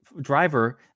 driver